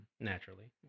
Naturally